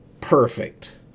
perfect